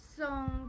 Song